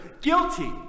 Guilty